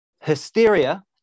hysteria